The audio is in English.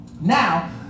Now